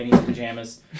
pajamas